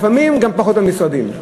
לפעמים גם פחות מהמשרדים.